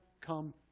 come